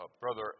Brother